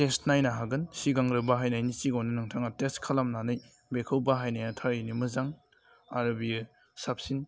test नायनो हागोन सिगांग्रो बाहायनायनि सिगाङावनो नोंथाङा टेस्ट खालामनानै बेखौ बाहायनाया थारैनो मोजां आरो बेयो साबसिन